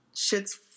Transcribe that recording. Shit's